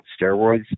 steroids